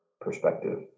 perspective